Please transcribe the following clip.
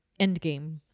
Endgame